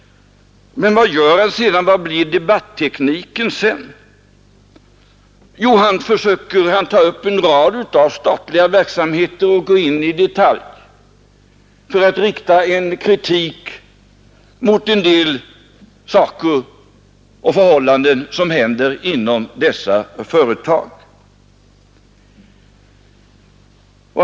Men vad gör han sedan och vilken blir debattekniken? Jo, han tar i detalj upp en rad statliga verksamheter och riktar kritik mot en del förhållanden och saker som händer inom dessa företag.